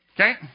Okay